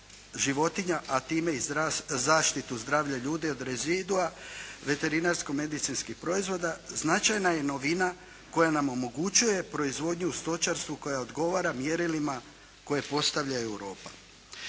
životinja, a time i zaštitu zdravlja ljudi od …/Govornik se ne razumije./… veterinarsko medicinskih proizvoda značajna je novina koja nam omogućuje proizvodnju u stočarstvu koja odgovara mjerilima koje postavlja Europa.